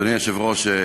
אדוני היושב-ראש,